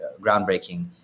groundbreaking